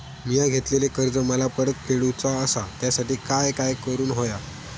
मिया घेतलेले कर्ज मला परत फेडूचा असा त्यासाठी काय काय करून होया?